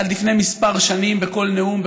עד לפני כמה שנים בכל נאום,